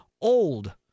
old